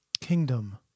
kingdom